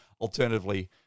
Alternatively